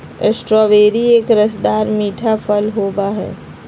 strawberry एक रसदार मीठा फल होबा हई